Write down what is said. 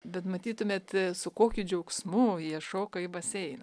bet matytumėt su kokiu džiaugsmu jie šoka į baseiną